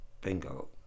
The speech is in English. bingo